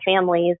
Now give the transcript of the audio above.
families